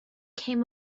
came